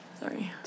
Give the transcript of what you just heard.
sorry